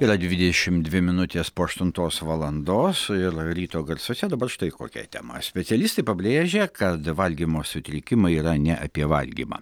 yra dvidešimt dvi minutės po aštuntos valandos ir ryto garsuose dabar štai kokia tema specialistai pabrėžia kad valgymo sutrikimai yra ne apie valgymą